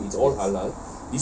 yes